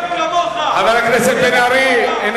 חבר הכנסת בן-ארי.